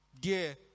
Dear